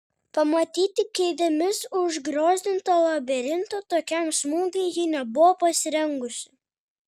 pamatyti kėdėmis užgriozdintą labirintą tokiam smūgiui ji nebuvo pasirengusi